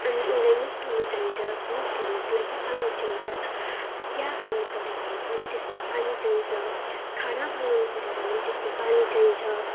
अनि उसले मुख धुनु चाइन्छ मुख धुनुको लागि पानी चाइन्छ चिया खानु पऱ्यो भने पनि त्यसमा पानी चाइन्छ खाना बनाउनु पऱ्यो भने पनि त्यसमा पानी चाइन्छ